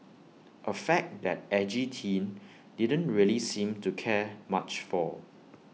A fact that edgy teen didn't really seem to care much for